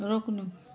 रोक्नु